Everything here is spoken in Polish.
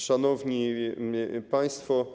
Szanowni Państwo!